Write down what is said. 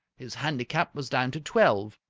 his handicap was down to twelve.